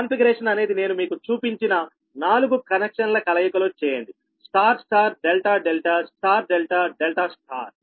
ఈ కాన్ఫిగరేషన్ అనేది నేను మీకు చూపించిన 4 కనెక్షన్ల కలయికలో చేయండిస్టార్ star delta delta star delta delta star